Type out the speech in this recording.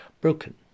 broken